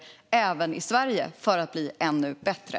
Det kan vi naturligtvis göra även i Sverige för att bli ännu bättre.